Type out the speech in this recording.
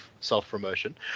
self-promotion